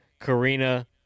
Karina